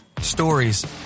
Stories